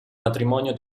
matrimonio